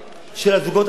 של הזוגות הצעירים,